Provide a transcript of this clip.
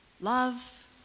Love